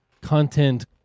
content